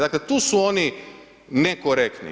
Dakle tu su oni nekorektni.